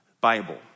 Bible